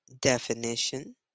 definition